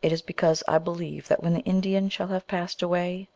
it is because i believe that when the indian shall have passed away